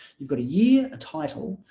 you've got a year, a title,